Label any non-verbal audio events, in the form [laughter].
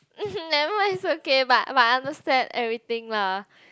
[laughs] nevermind it's okay but but I understand everything lah